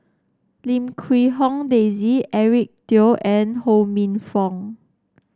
Lim Quee Hong Daisy Eric Teo and Ho Minfong